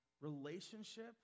relationship